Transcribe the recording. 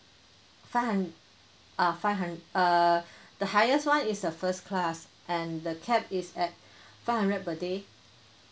five hun~ uh five hun~ err the highest [one] is a first class and the cap is at five hundred per day